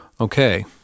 okay